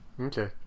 okay